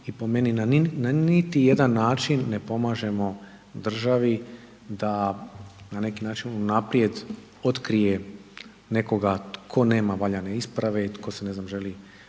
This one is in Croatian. i po meni na niti jedan način ne pomažemo državi da na neki način unaprijed otkrije nekoga tko nema valjane isprave i tko se ne znam želi